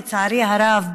לצערי הרב,